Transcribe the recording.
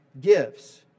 gifts